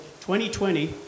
2020